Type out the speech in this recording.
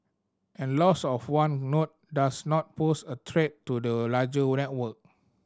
and loss of one node does not pose a threat to the larger network